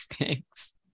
thanks